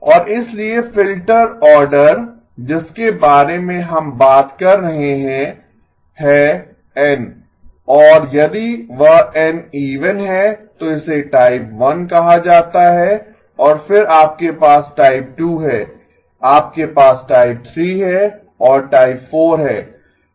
और इसलिए filter order जिसके बारे में हम बात कर रहे हैं है N और यदि वह N इवन है तो इसे टाइप 1 कहा जाता है और फिर आपके पास टाइप 2 है आपके पास टाइप 3 है और टाइप 4 है